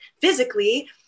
physically